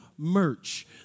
Merch